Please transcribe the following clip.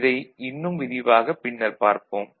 இதை இன்னும் விரிவாகப் பின்னர் பார்ப்போம்